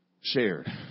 Shared